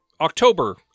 october